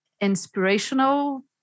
inspirational